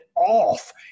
Off